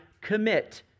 commit